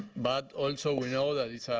but also we know that it's